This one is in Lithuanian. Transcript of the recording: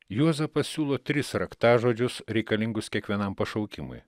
juozapas siūlo tris raktažodžius reikalingus kiekvienam pašaukimui